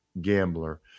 gambler